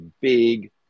big